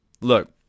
Look